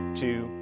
two